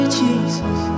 jesus